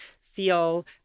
feel